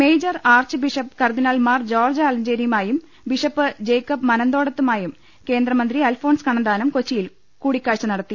major archbishop cardinal Mar George ആലഞ്ചേ രിയുമായും bishop Jacob മനന്തോടത്തുമായും കേന്ദ്രമന്ത്രി അൽഫോൺസ് കണ്ണന്താനം കൊച്ചിയിൽ കൂടിക്കാഴ്ച നടത്തി